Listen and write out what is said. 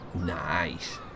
Nice